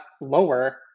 lower